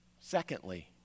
Secondly